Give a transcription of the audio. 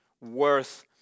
worth